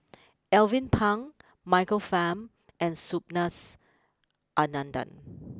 Alvin Pang Michael Fam and Subhas Anandan